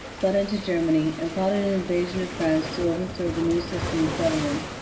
fled into germany and plotted an invasion of france to overthrow the new system of government.